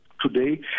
today